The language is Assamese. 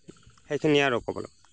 সেইখিনিয়েই আৰু ক'বলগা